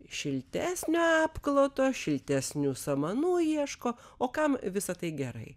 šiltesnio apkloto šiltesnių samanų ieško o kam visa tai gerai